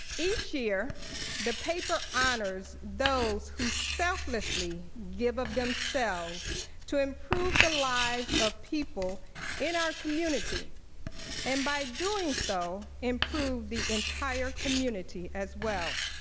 each year the paper honors those who selflessly give of themselves to improve the lives of people in our community and by doing so improved the entire community as well.